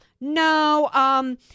No